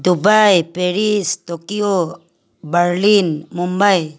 Dubai Paris Tokyo Berlin Mumbai